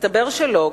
מסתבר שלא,